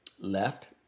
left